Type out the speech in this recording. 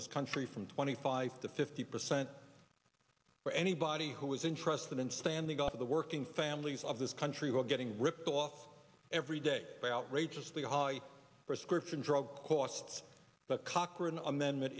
this country from twenty five to fifty percent for anybody who is interested in standing out of the working families of this country who are getting ripped off every day by outrageously high prescription drug costs that cochran amendment